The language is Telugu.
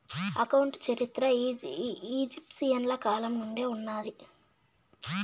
అకౌంట్ చరిత్ర ఈజిప్షియన్ల కాలం నుండే ఉన్నాది